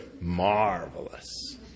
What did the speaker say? Marvelous